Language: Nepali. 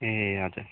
ए हजुर